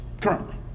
currently